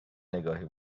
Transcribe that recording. نگاهی